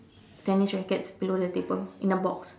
tennis rackets below the table in the box